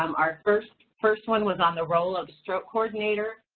um our first first one was on the role of stroke coordinator.